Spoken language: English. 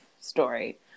story